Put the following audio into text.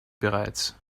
bereits